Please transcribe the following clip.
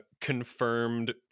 confirmed